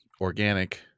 organic